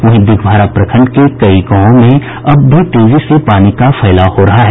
वहीं दिघवारा प्रखंड के कई गांवों में अब भी तेजी से पानी का फैलाव हो रहा है